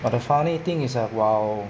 but the funny thing is that while